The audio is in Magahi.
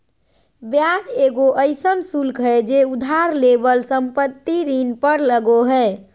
ब्याज एगो अइसन शुल्क हइ जे उधार लेवल संपत्ति ऋण पर लगो हइ